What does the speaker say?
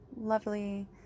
lovely